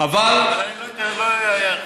אני לא אפריע.